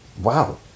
wow